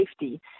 safety